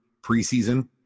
preseason